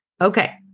Okay